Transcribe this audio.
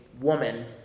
woman